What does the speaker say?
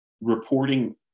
reporting